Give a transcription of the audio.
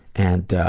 and ah,